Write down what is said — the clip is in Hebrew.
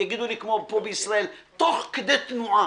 יגידו לי כמו פה בישראל - תוך כדי תנועה.